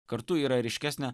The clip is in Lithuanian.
kartu yra ryškesnė